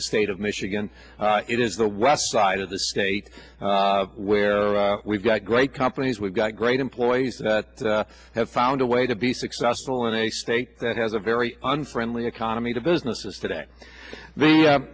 the state of michigan it is the west side of the state where we've got great companies we've got great employees that have found a way to be successful in a state that has a very unfriendly economy to businesses t